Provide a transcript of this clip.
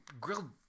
grilled